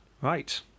right